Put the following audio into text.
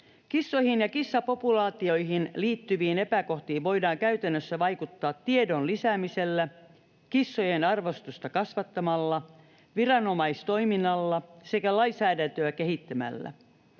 Kissoihin ja kissapopulaatioihin liittyviin epäkohtiin voidaan käytännössä vaikuttaa tiedon lisäämisellä, kissojen arvostusta kasvattamalla, viranomaistoiminnalla sekä lainsäädäntöä kehittämällä.